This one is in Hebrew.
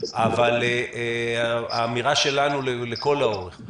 אבל האמירה שלנו לכל האורך,